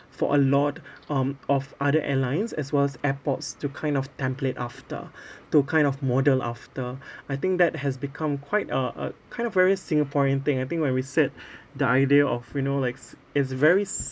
for a lot um of other airlines as well as airports to kind of template after to kind of model after I think that has become quite a a kind of very singaporean thing I think when we said the idea of you know likes it's very